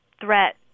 threat